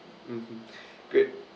mmhmm great